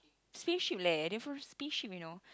spaceship leh they from spaceship you know